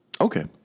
Okay